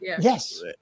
Yes